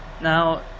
Now